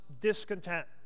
discontent